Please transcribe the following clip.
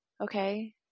Okay